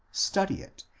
study it,